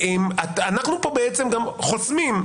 אנחנו פה בעצם גם חוסמים,